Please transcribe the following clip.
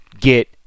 get